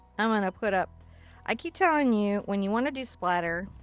i'm gonna put up i keep telling you, when you wanna do splatter,